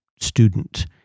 student